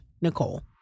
Nicole